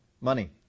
money